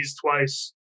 twice